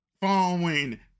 following